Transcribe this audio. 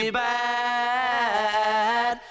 bad